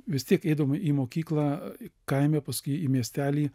vis tiek eidavom į mokyklą kaime paskui į miestelį